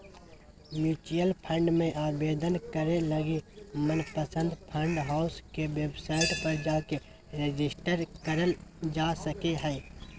mutual fund मे आवेदन करे लगी मनपसंद फंड हाउस के वेबसाइट पर जाके रेजिस्टर करल जा सको हय